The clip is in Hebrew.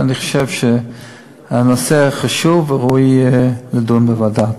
אני חושב שהנושא חשוב, וראוי לדון בו בוועדה.